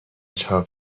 چاپ